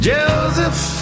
Joseph